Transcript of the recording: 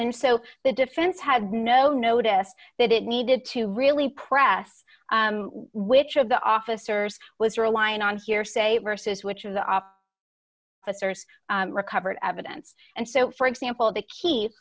and so the defense had no notice that it needed to really press which of the officers was relying on hearsay versus which of the off that's recovered evidence and so for example the key